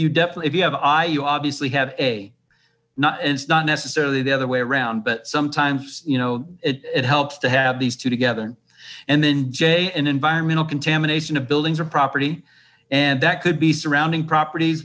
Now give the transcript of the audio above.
you definitely if you i you obviously have a not it's not necessarily the other way around but sometimes you know it helps to have these two together and then j and environmental contamination buildings or property and that could be surrounding properties